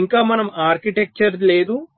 ఇంకా మనకు ఆర్కిటెక్చర్ లేదు